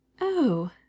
Oh